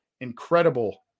incredible